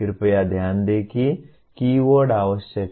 कृपया ध्यान दें कि कीवर्ड आवश्यक है